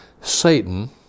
Satan